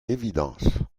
évidence